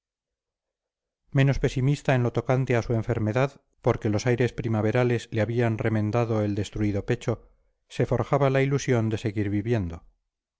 menos pesimista en lo tocante a su enfermedad porque los aires primaverales le habían remendado el destruido pecho se forjaba la ilusión de seguir viviendo